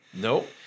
Nope